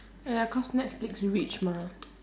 ya cause netflix rich mah